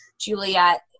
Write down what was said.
Juliet